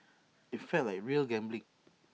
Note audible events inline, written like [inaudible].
[noise] IT felt like real gambling